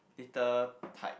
little tight